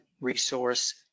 resource